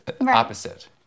opposite